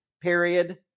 Period